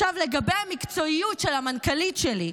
עכשיו לגבי המקצועיות של המנכ"לית שלי.